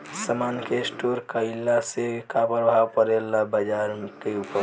समान के स्टोर काइला से का प्रभाव परे ला बाजार के ऊपर?